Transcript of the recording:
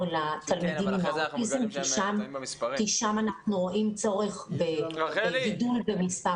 לתלמידים עם אוטיזם כיוון ששם אנחנו רואים צורך בגידול במספר